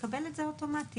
נקבל את זה אוטומטית.